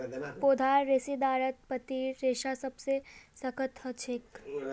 पौधार रेशेदारत पत्तीर रेशा सबसे सख्त ह छेक